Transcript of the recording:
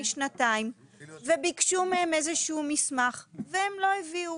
שנתיים וביקשו מהם איזה שהוא מסמך והם לא הביאו,